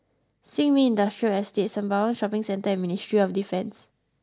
Sin Ming Industrial Estate Sembawang Shopping Centre and Ministry of Defence